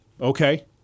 okay